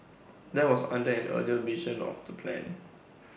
that was under an earlier version of the plan